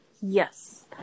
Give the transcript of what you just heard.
Yes